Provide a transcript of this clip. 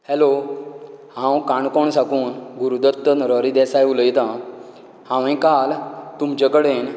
hello हांव काणकोण साकून गुरुदत्त नरहरी देसाय उलयता हांवेन काल तुमचे कडेन